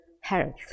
health